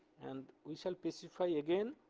and we shall specify again